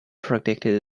protected